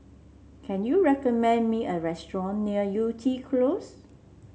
can you recommend me a restaurant near Yew Tee Close